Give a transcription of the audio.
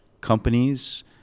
companies